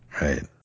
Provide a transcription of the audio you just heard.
Right